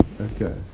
Okay